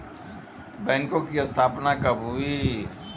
बैंकों की स्थापना कब हुई?